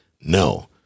No